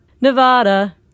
Nevada